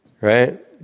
right